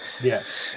Yes